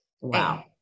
Wow